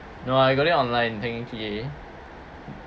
no I got it online technically